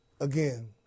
again